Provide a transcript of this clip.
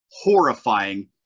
horrifying